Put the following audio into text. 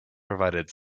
provided